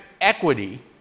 equity